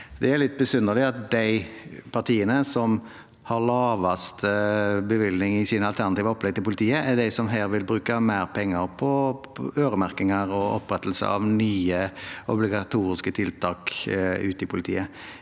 det er litt besynderlig at de partiene som har lavest bevilgning til politiet i sine al ternative opplegg, er de som her vil bruke mer penger på øremerkinger og opprettelse av nye, obligatoriske tiltak ute i politiet.